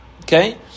Okay